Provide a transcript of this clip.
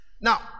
Now